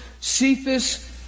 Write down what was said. Cephas